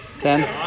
Ten